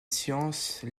sciences